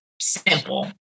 simple